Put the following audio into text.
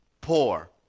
poor